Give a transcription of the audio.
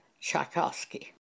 Tchaikovsky